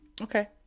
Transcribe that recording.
okay